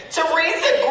Teresa